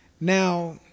Now